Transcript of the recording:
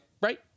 right